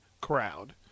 crowd